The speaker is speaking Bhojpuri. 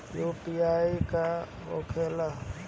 यू.पी.आई का होखेला?